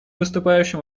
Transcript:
выступающим